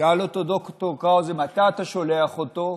שאל אותו ד"ר קראוזה: מתי אתה שולח אותו?